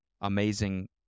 amazing